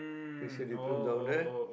did you see the difference down there